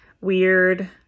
weird